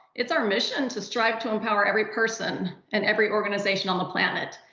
it's our mission to strive to empower every person and every organization on the planet.